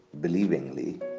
believingly